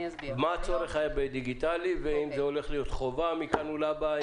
תסבירי לנו מה הצורך בדיגיטלי והאם זה הולך להיות חובה מכאן ולהבא,